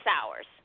hours